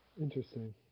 Interesting